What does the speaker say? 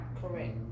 Correct